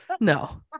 No